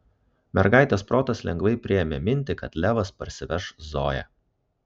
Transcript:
mergaitės protas lengvai priėmė mintį kad levas parsiveš zoją